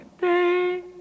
Day